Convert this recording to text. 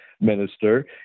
minister